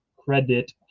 credit